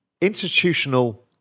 institutional